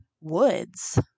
woods